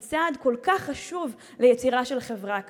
היא צעד כל כך חשוב ליצירה של חברה כזו.